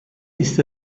ist